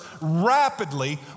rapidly